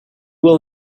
will